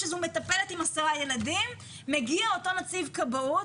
כשזו מטפל עם 10 ילדים מגיע אותו נציב כבאות.